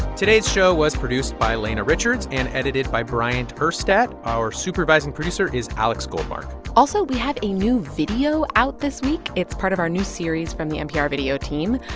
today's show was produced by lena richards and edited by bryant urstadt. our supervising producer is alex goldmark also, we have a new video out this week. it's part of our new series from the npr video team.